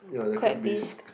crab bisque